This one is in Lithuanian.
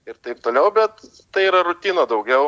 ir taip toliau bet tai yra rutina daugiau